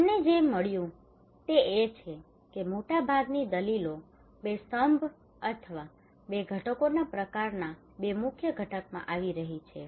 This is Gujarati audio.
અમને જે મળ્યું તે એ છે કે મોટાભાગની દલીલો બે સ્તંભ અથવા બે ઘટકોના પ્રકારનાં બે મુખ્ય ઘટકોમાં આવી રહી છે